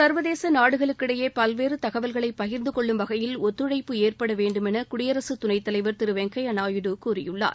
சர்வதேச நாடுகளுக்கிடையே பல்வேறு தகவல்களை பகிரிந்து ஷெள்ளும் வகையில் ஒத்துழைப்பு ஏற்படவேண்டுமௌ குடியரசு துணைத் தலைவர் திரு வெங்கைய நாயுடு கூறியுள்ளார்